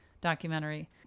documentary